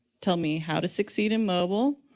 tell me how to succeed in mobile,